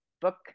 book